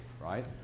right